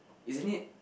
isn't it